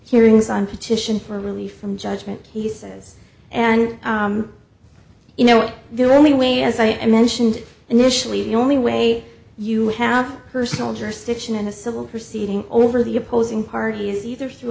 hearings on petition for relief from judgment he says and you know the only way as i mentioned initially the only way you have personal jurisdiction in a civil proceeding over the opposing party is either through